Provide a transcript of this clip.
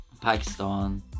Pakistan